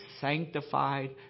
sanctified